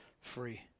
free